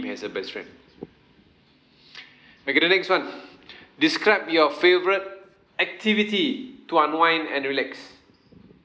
as a best friend okay the next one describe your favourite activity to unwind and relax